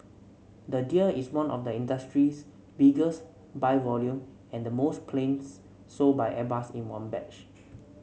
the deal is one of the industry's biggest by volume and the most planes sold by Airbus in one batch